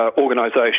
organisation